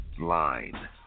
line